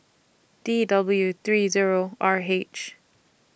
D W three Zero R H